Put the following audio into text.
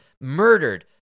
murdered